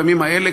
בימים האלה,